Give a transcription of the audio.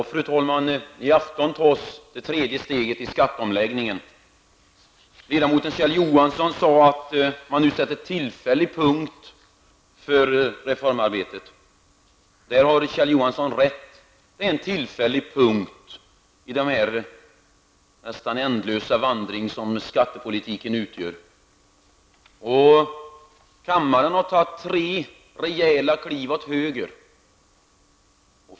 Fru talman! I afton tas det tredje steget i skatteomläggningen. Kjell Johansson sade att man nu sätter tillfällig punkt för reformarbetet. Där har Kjell Johansson rätt. Det är en tillfällig punkt i den nästan ändlösa vandring som skattepolitiken utgör. Kammaren har tagit tre rejäla kliv åt höger.